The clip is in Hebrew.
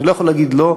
אני לא יכול להגיד לא.